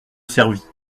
servit